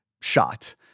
shot